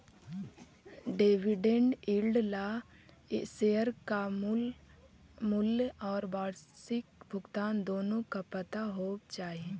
dividend yield ला share का मूल मूल्य और वार्षिक भुगतान दोनों का पता होवे चाही